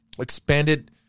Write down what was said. expanded